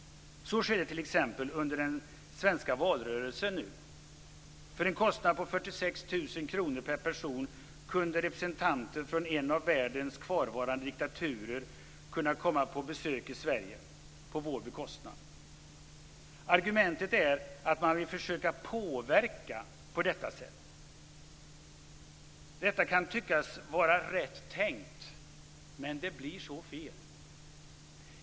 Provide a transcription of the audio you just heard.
Så skedde t.ex. under den svenska valrörelsen. För en kostnad om 46 000 kr per person kunde representanter för en av världens kvarvarande diktaturer komma på besök till Sverige på vår bekostnad. Argumentet är att man på detta sätt vill försöka påverka. Det kan tyckas vara rätt tänkt, men det blir så fel.